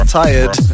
tired